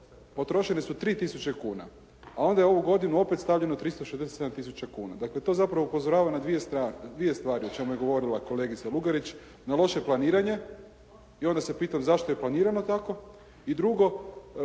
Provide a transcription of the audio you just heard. Potrošili su 3 tisuće kuna, a onda je u ovu godinu opet stavljeno 367 tisuća kuna. Dakle, to zapravo upozorava na dvije stvari o čemu je govorila kolegica Lugarić, na loše planiranje i onda se pitam zašto je planirano tako. I drugo,